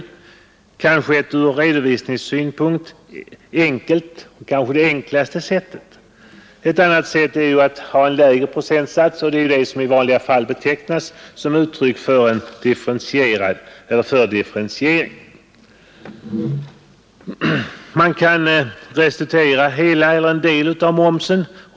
Det är kanske det ur redovisningssynpunkt enklaste sättet. Ett annat sätt är att ta en lägre procentsats för vissa livsmedel — det är det man i vanliga fall menar med en differentiering. Man kan vidare restituera hela eller en del av momsen.